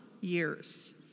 years